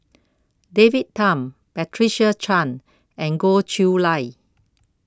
David Tham Patricia Chan and Goh Chiew Lye